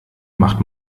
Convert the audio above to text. macht